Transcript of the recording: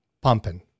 pumping